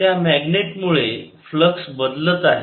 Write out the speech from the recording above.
त्या मॅग्नेट मुळे फ्लक्स बदलत आहे